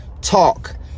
Talk